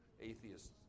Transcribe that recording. Atheists